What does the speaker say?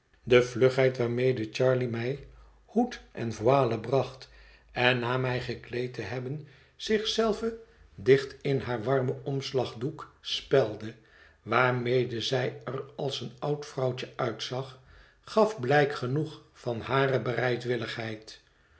de vlugheid waarmede charley mij hoed en voile bracht en na mij gekleed te hebben zich zelve dicht in haar warmen omslagdoek spelde waarmede zij er als een oud vrouwtje uitzag gaf blijk genoeg van hare bereidwilligheid